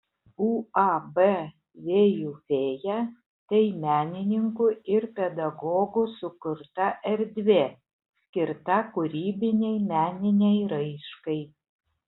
uab vėjų fėja tai menininkų ir pedagogų sukurta erdvė skirta kūrybinei meninei raiškai